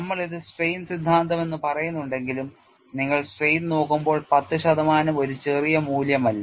നമ്മൾ ഇത് Small strain സിദ്ധാന്തം എന്ന് പറയുന്നുണ്ടെങ്കിലും നിങ്ങൾ സ്ട്രെയിൻ നോക്കുമ്പോൾ 10 ശതമാനം ഒരു ചെറിയ മൂല്യമല്ല